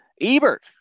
Ebert